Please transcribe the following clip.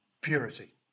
purity